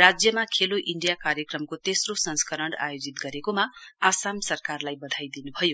राज्यमा खेलो इण्डिया कार्यक्रमको तेस्रो संस्करण आयोजित गरेकोमा आसाम सरकारलाई वधाई दिनुभयो